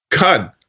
God